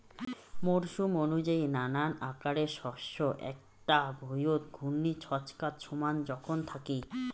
মরসুম অনুযায়ী নানান আকারের শস্য এ্যাকটা ভুঁইয়ত ঘূর্ণির ছচকাত সমান জোখন থাকি